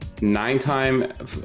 Nine-time